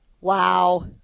Wow